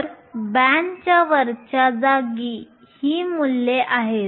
तर बँडच्या वरच्या जागी ही मूल्ये आहेत